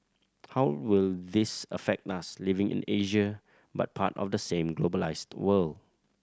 how will this affect us living in Asia but part of the same globalised world